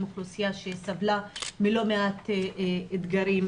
זו אוכלוסייה שסבלה מלא מעט אתגרים,